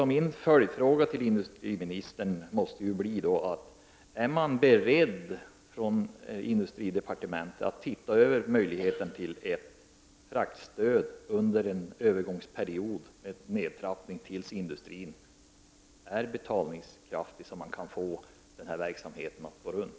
Min följdfråga till industriministern måste bli: Är man beredd att i industridepartementet se över möjligheterna till ett fraktstöd, med nedtrappning under en övergångsperiod, tills industrin har betalningsförmåga och kan få verksamheten att gå runt?